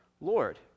Lord